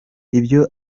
ibyo